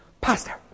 Pastor